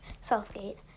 Southgate